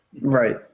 right